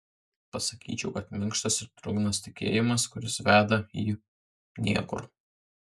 pasakyčiau kad minkštas ir drungnas tikėjimas kuris veda į niekur